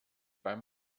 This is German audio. beim